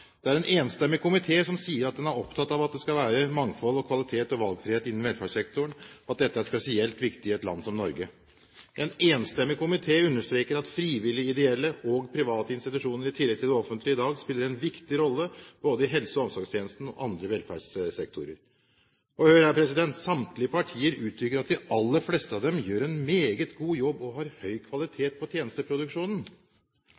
Det er en enstemmig komité som sier at den er opptatt av at det skal være mangfold, kvalitet og valgfrihet innen velferdssektoren, og at dette er spesielt viktig i et land som Norge. En enstemmig komité understreker «at frivillige ideelle og private institusjoner i tillegg til det offentlige i dag spiller en viktig rolle både i helse- og omsorgstjenesten og i andre velferdssektorer». Og hør her: Samtlige partier uttrykker at de «aller fleste av dem gjør en meget god jobb og har høy